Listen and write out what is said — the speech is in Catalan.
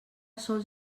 sols